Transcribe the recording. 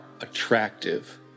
attractive